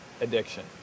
addiction